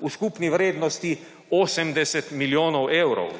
v skupni vrednosti 80 milijonov evrov.